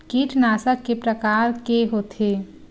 कीटनाशक के प्रकार के होथे?